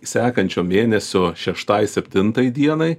sekančio mėnesio šeštai septintai dienai